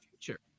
future